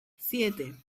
siete